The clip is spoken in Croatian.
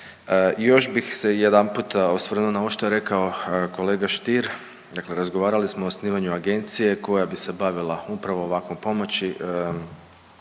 Još bih se jedanputa osvrnuo na ovo što je rekao kolega Stier. Dakle, razgovarali smo o osnivanju agencije koja bi se bavila upravo ovakvom pomoći.